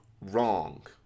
wrong